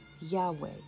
Yahweh